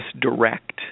direct